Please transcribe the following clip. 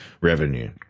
revenue